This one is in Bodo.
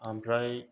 आमफ्राय